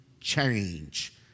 change